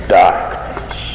darkness